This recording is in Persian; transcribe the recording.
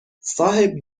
صاحب